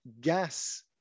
gas